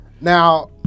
Now